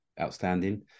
outstanding